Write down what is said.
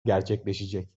gerçekleşecek